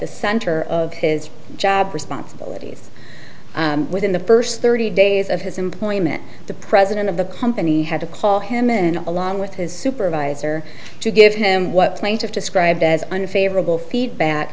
the center of his job responsibilities within the first thirty days of his employment the president of the company had to call him in along with his supervisor to give him what describe as unfavorable feedback